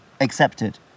accepted